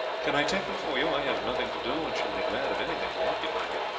can i take them for you? i have nothing to do, and shall be glad of anything to occupy me.